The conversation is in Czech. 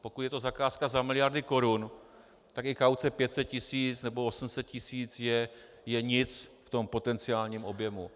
Pokud je to zakázka za miliardy korun, tak i kauce 500 tisíc nebo 800 tisíc je nic v tom potenciálním objemu.